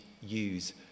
use